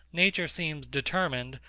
nature seems determined,